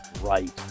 right